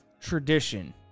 tradition